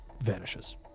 vanishes